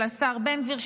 של השר בן גביר,